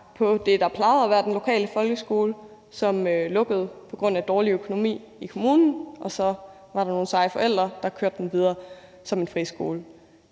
på det, der plejede at være den lokale folkeskole, men som lukkede på grund af dårlig økonomi i kommunen, hvorefter der var nogle seje forældre, der kørte den videre som en friskole.